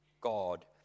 God